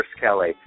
Kelly